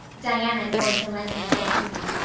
diana is going to lend me a book to read.